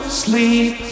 sleep